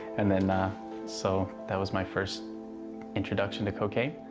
and and so, that was my first introduction to cocaine.